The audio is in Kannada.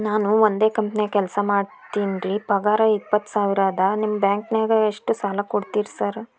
ನಾನ ಒಂದ್ ಕಂಪನ್ಯಾಗ ಕೆಲ್ಸ ಮಾಡಾಕತೇನಿರಿ ಪಗಾರ ಇಪ್ಪತ್ತ ಸಾವಿರ ಅದಾ ನಿಮ್ಮ ಬ್ಯಾಂಕಿನಾಗ ಎಷ್ಟ ಸಾಲ ಕೊಡ್ತೇರಿ ಸಾರ್?